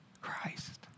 Christ